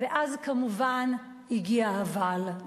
ואז, כמובן, הגיע ה"אבל".